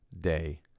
day